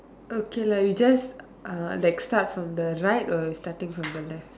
okay lah you just uh like start from the right or you starting from the left